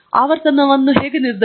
ಆವರ್ತನವನ್ನು ನಾನು ಹೇಗೆ ನಿರ್ಧರಿಸುವುದು